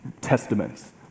testaments